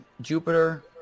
jupiter